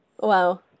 Wow